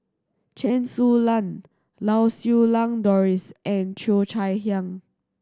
Chen Su Lan Lau Siew Lang Doris and Cheo Chai Hiang